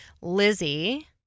Lizzie